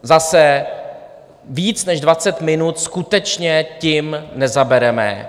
Zase víc než dvacet minut skutečně tím nezabereme.